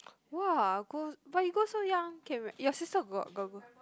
!wah! go but you go so young can you your sister got got go